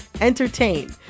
entertain